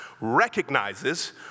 recognizes